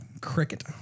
cricket